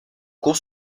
cours